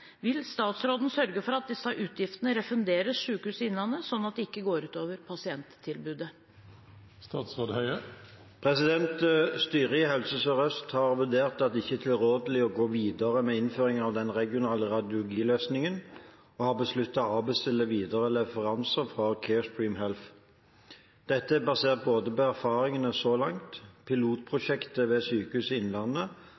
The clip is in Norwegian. Vil statsråden sørge for at disse utgiftene refunderes Sykehuset Innlandet slik at det ikke går ut over pasienttilbudet?» Styret i Helse Sør-Øst har vurdert at det ikke er tilrådelig å gå videre med innføringen av den regionale radiologiløsningen, og har besluttet å avbestille videre leveranser fra Carestream Health. Dette er basert på både erfaringene så langt,